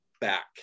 back